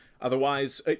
Otherwise